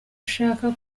ushaka